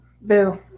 Boo